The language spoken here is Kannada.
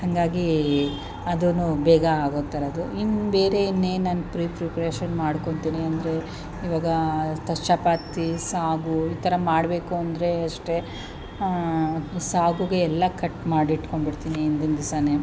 ಹಾಗಾಗಿ ಅದೂ ಬೇಗ ಆಗುತ್ತಲ್ಲ ಅದು ಇನ್ನು ಬೇರೆ ಇನ್ನೇನು ನಾನು ಪ್ರೀ ಪ್ರಿಪ್ರೆಷನ್ ಮಾಡ್ಕೊಳ್ತೀನಿ ಅಂದರೆ ಇವಾಗ ಚಪಾತಿ ಸಾಗು ಈ ಥರ ಮಾಡಬೇಕು ಅಂದರೆ ಅಷ್ಟೇ ಸಾಗುಗೆ ಎಲ್ಲ ಕಟ್ ಮಾಡಿಟ್ಕೊಂಡ್ಬಿಡ್ತೀನಿ ಇಂದಿನ ದಿವಸನೇ